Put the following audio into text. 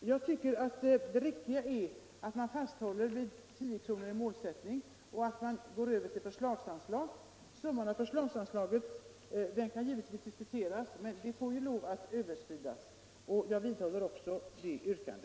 Jag tycker det riktiga är att man fasthåller vid 10 kr. som målsättning och att man går över till förslagsanslag. Summan av förslagsanslaget kan givetvis diskuteras, men det får ju överskridas. Jag vidhåller också detta yrkande.